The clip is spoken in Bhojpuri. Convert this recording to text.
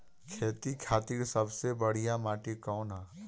खेती खातिर सबसे बढ़िया माटी कवन ह?